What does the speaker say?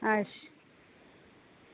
अच्छा